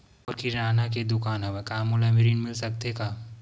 मोर किराना के दुकान हवय का मोला ऋण मिल सकथे का?